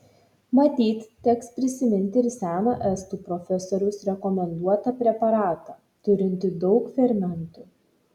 matyt teks prisiminti ir seną estų profesoriaus rekomenduotą preparatą turintį daug fermentų